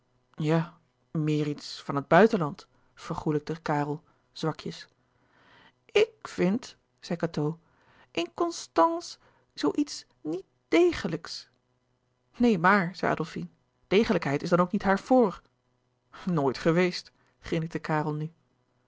ja meer iets van het buitenland vergoêlijkte karel zwakjes ik vind zei cateau in constànce zoo iets niet dégelijks neen maar zei adolfine degelijkheid is dan ook niet haar fort nooit geweest grinnikte karel nu